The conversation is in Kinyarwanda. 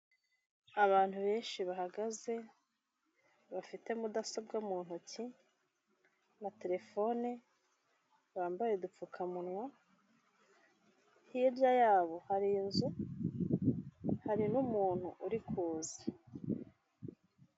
Abantu benshi bahagaze bafite mudasobwa mu ntoki na terefone, bambaye udupfukamunwa, hirya yabo hari inzu hari n'umuntu uri kuza.